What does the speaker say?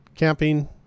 camping